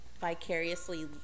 vicariously